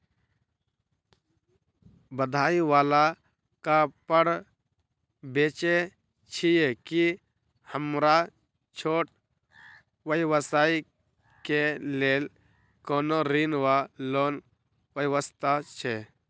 कढ़ाई वला कापड़ बेचै छीयै की हमरा छोट व्यवसाय केँ लेल कोनो ऋण वा लोन व्यवस्था छै?